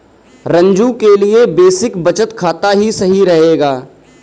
रंजू के लिए बेसिक बचत खाता ही सही रहेगा